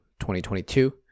2022